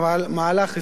מהלך היסטורי,